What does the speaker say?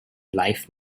life